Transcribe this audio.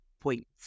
points